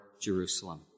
Jerusalem